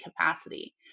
capacity